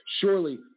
Surely